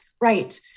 right